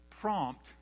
prompt